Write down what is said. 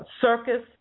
circus